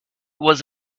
was